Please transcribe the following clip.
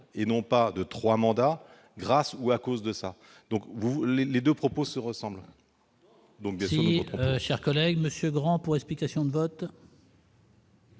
et non pas de 3 mandats grâce ou à cause de ça donc vous les les 2 propose se ressemblent. Donc si chers collègue Monsieur Grand pour explication de vote.